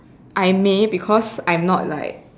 I may because I'm not like